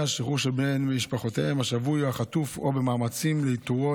השחרור של בן משפחתם השבוי או החטוף או במאמצים לאיתורו,